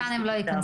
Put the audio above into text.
לכאן הם לא ייכנסו.